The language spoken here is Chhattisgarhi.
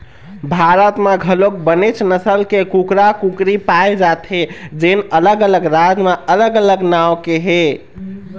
भारत म घलोक बनेच नसल के कुकरा, कुकरी पाए जाथे जेन अलग अलग राज म अलग अलग नांव के हे